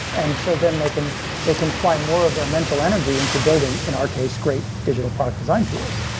and so then they can they can apply more of their mental energy into building, in our case, great digital product design tools.